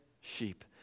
sheep